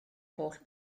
holl